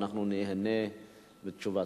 אנחנו ניהנה מתשובתך.